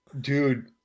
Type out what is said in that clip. dude